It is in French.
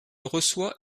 reçoit